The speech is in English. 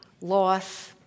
loss